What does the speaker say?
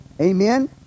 Amen